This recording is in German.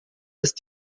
ist